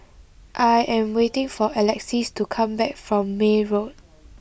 I am waiting for Alexys to come back from May Road